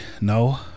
no